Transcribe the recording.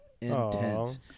Intense